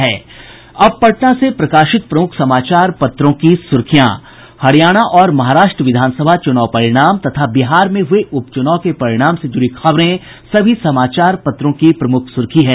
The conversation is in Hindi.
अखबारों की सुर्खियां अब पटना से प्रकाशित प्रमुख समाचार पत्रों की सुर्खियां हरियाणा और महाराष्ट्र विधानसभा चुनाव परिणाम तथा बिहार में हुये उप चुनाव के परिणाम से जुड़ी खबरें सभी समाचार पत्रों की प्रमुख सुर्खी है